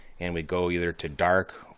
and we go either to dark